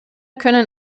können